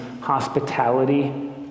hospitality